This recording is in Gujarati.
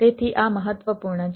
તેથી આ મહત્વપૂર્ણ છે